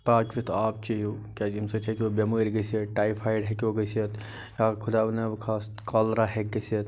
پاکٕوِتھ آب چیٚیو کیازِ ییٚمہِ سۭتۍ ہیٚکوٕ بٮ۪مٲرۍ گٔژِتھ ٹایفَیڈ ہیٚکیٚو گٔژِتھ یا خۄدا وَنَہ خاستہ کالرا ہیٚکہِ گٔژِتھ